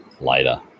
later